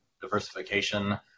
diversification